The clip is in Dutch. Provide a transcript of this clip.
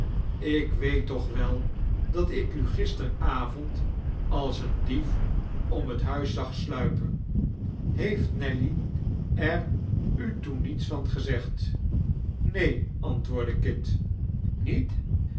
ik weet toch wel dat ik u gisteravond als een dief om het huis zag sluipen heeft nelly er u toen niets van gezegd neen antwoordde kit niet